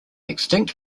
extinct